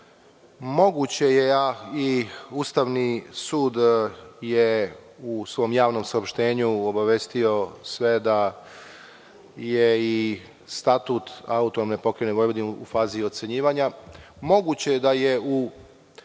Moguće je i Ustavni sud je u svoj javnom saopštenju obavestio sve da je iStatut AP Vojvodine u fazi ocenjivanja. Moguće je da je u